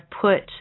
put